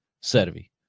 Servi